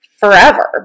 forever